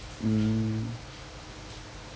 mm